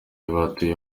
batuye